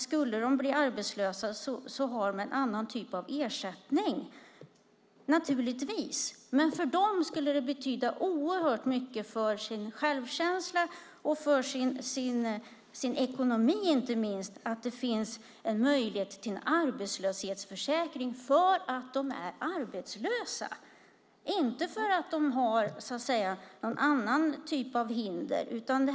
Skulle de bli arbetslösa så har de en annan typ av ersättning. För dem skulle det betyda oerhört mycket för självkänslan och ekonomin att det finns en möjlighet till en arbetslöshetsförsäkring för att de är arbetslösa och inte för att de har någon annan typ av hinder.